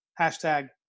Hashtag